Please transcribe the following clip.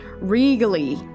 regally